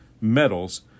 metals